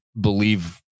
believe